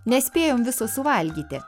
nespėjom viso suvalgyti